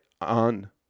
on